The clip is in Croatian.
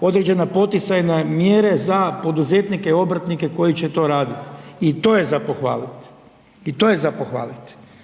određena poticajne mjere za poduzetnike obrtnike koji će to raditi i to je za pohvalit.